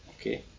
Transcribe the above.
Okay